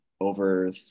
over